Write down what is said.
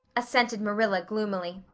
assented marilla gloomily.